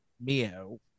Mio